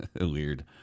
weird